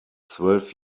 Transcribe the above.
zwölf